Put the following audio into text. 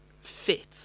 fit